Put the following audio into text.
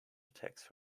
attacks